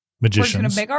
magicians